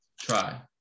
try